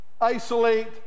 isolate